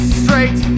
straight